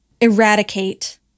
eradicate